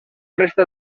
resta